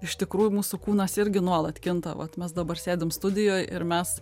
iš tikrųjų mūsų kūnas irgi nuolat kinta vat mes dabar sėdim studijoj ir mes